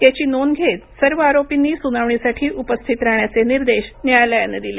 याची नोंद घेत सर्व आरोपींनी सुनावणीसाठी उपस्थित राहण्याचे निर्देश न्यायालयानं दिले